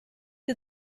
you